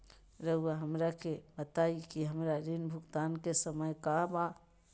रहुआ हमरा के बताइं कि हमरा ऋण भुगतान के समय का बा?